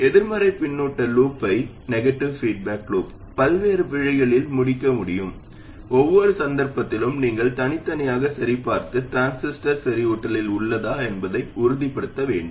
எதிர்மறை பின்னூட்ட லூப்பை பல்வேறு வழிகளில் முடிக்க முடியும் ஒவ்வொரு சந்தர்ப்பத்திலும் நீங்கள் தனித்தனியாக சரிபார்த்து டிரான்சிஸ்டர் செறிவூட்டலில் உள்ளதா என்பதை உறுதிப்படுத்த வேண்டும்